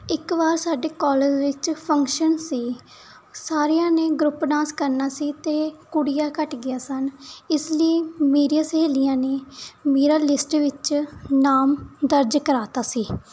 ਇੱਕ ਵਾਰ ਸਾਡੇ ਕਾਲਜ ਵਿੱਚ ਫੰਕਸ਼ਨ ਸੀ ਸਾਰਿਆਂ ਨੇ ਗਰੁੱਪ ਡਾਂਸ ਕਰਨਾ ਸੀ ਅਤੇ ਕੁੜੀਆਂ ਘੱਟ ਗਈਆਂ ਸਨ ਇਸ ਲਈ ਮੇਰੀਆ ਸਹੇਲੀਆਂ ਨੇ ਮੇਰਾ ਲਿਸਟ ਵਿੱਚ ਨਾਮ ਦਰਜ ਕਰਵਾ ਦਿੱਤਾ ਸੀ